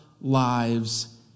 lives